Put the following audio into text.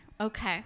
Okay